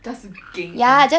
just to keng ah